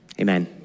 Amen